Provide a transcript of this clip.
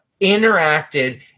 interacted